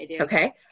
Okay